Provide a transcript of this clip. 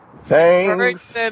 thanks